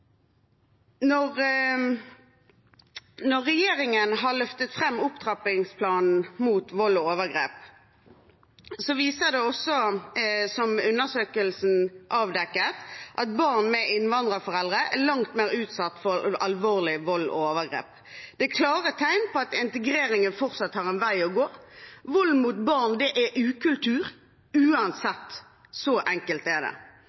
Når regjeringen har løftet fram opptrappingsplanen mot vold og overgrep, viser det også, som undersøkelsen avdekket, at barn med innvandrerforeldre er langt mer utsatt for alvorlig vold og overgrep. Det er klare tegn på at integreringen fortsatt har en vei å gå. Vold mot barn er ukultur, uansett. Så enkelt er det.